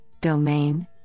domain